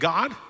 God